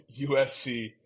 usc